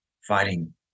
fighting